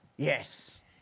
Yes